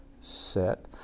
set